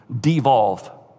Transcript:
devolve